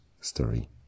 story